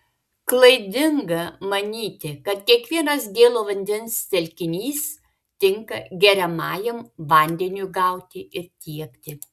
klaidinga manyti kad kiekvienas gėlo vandens telkinys tinka geriamajam vandeniui gauti ir tiekti